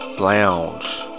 lounge